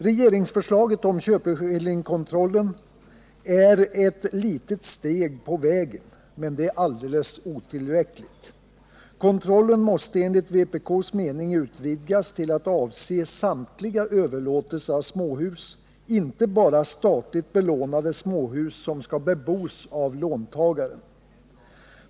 Regeringsförslaget om köpeskillingskontrollen är ett litet — men alldeles otillräckligt — steg på vägen. Kontrollen måste enligt vpk:s mening utvidgas till att avse samtliga överlåtelser av småhus — inte bara statligt belånade småhus som skall bebos av låntagaren.